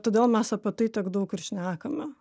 todėl mes apie tai tiek daug ir šnekame